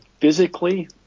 physically